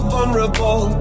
Vulnerable